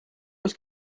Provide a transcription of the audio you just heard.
oes